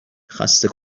خسته